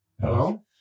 Hello